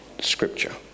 scripture